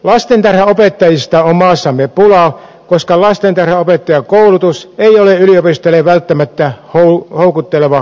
lastentarhanopettajista on maassamme pulaa koska lastentarhanopettajakoulutus ei ole yliopistoille välttämättä houkutteleva koulutusala